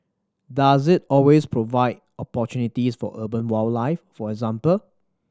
does it always provide opportunities for urban wildlife for example